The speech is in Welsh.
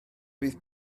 fydd